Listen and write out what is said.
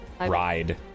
ride